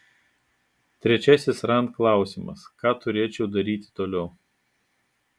trečiasis rand klausimas ką turėčiau daryti toliau